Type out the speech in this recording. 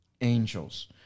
angels